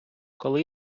коли